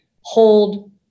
hold